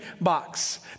box